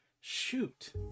Shoot